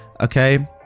Okay